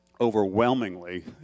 Overwhelmingly